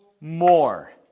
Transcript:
more